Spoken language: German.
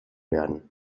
werden